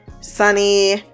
sunny